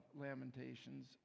Lamentations